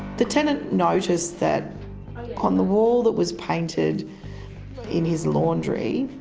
the tenant noticed that on the wall that was painted in his laundry,